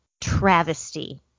travesty